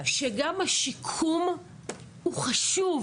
שגם השיקום הוא חשוב.